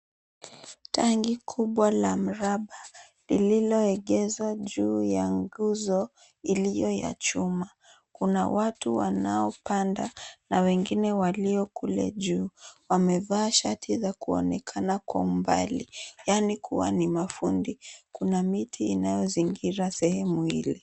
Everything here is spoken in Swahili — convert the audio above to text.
Tangi kubwa la mraba lililoegezwa juu ya nguzo iliyo ya chuma. Kuna watu wanaopanda na wengine walio kule juu wamevaa shati za kuonekana kwa umbali, yaani kuwa ni mafundi. Kuna miti inayozingira sehemu ile.